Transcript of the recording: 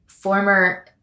former